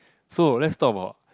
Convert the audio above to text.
so let's talk about